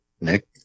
Nick